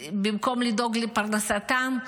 במקום לדאוג לפרנסתם,